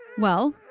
well,